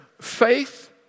faith